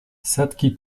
setki